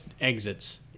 exits